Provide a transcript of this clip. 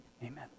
Amen